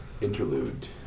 Interlude